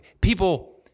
people